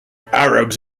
arabs